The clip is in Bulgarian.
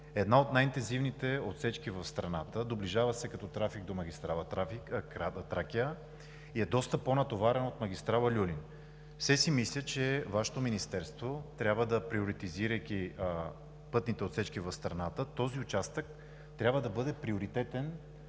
една от най-интензивните отсечки в страната. Доближава се като трафик до магистрала „Тракия“ и е доста по-натоварен от магистрала „Люлин“. Мисля, че Вашето Министерство, приоритизирайки пътните отсечки в страната, този участък трябва да бъде приоритетен